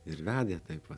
ir vedė taip va